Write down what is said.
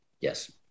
Yes